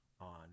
on